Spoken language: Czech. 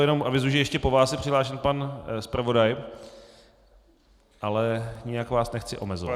Jenom avizuji, že ještě po vás je přihlášen pan zpravodaj, ale nijak vás nechci omezovat.